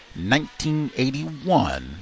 1981